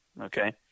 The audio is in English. okay